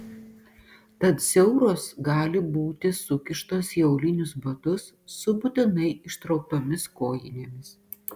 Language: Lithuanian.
tad siauros gali būti sukištos į aulinius batus su būtinai ištrauktomis kojinėmis